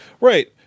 Right